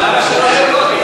לא, אבל למה שלוש דקות?